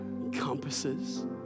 encompasses